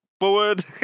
forward